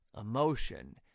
emotion